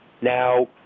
Now